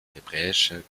hebräische